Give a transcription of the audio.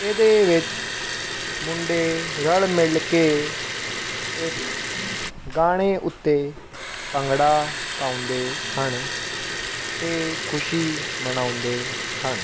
ਇਹਦੇ ਵਿੱਚ ਮੁੰਡੇ ਰਲ ਮਿਲ ਕੇ ਇੱਕ ਗਾਣੇ ਉੱਤੇ ਭੰਗੜਾ ਪਾਉਂਦੇ ਹਨ ਅਤੇ ਖੁਸ਼ੀ ਮਨਾਉਂਦੇ ਹਨ